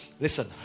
Listen